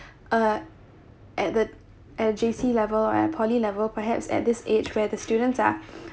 uh at the L_J_C level and poly level perhaps at this age where the students are